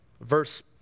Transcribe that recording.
verse